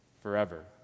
forever